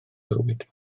bywyd